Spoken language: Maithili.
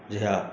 जहिया